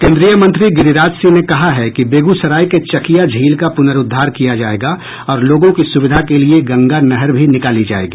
केन्द्रीय मंत्री गिरिराज सिंह ने कहा है कि बेगूसराय के चकिया झील का पुनरूद्वार किया जायेगा और लोगों की सुविधा के लिये गंगा नहर भी निकाली जायेगी